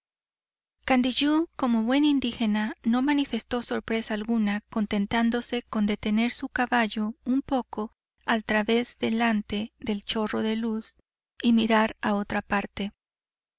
candiyú como buen indígena no manifestó sorpresa alguna contentándose con detener su caballo un poco al través delante del chorro de luz y mirar a otra parte